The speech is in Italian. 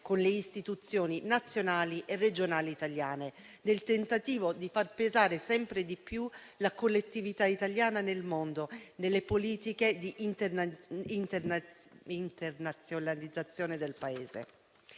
con le istituzioni nazionali e regionali italiane, nel tentativo di far pesare sempre di più la collettività italiana nel mondo, nelle politiche di internazionalizzazione del Paese.